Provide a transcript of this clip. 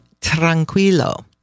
tranquilo